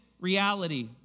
reality